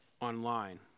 online